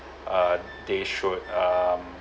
uh they should um